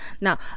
now